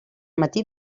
matí